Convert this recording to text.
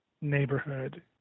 neighborhood